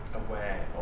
aware